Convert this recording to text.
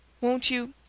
won't you.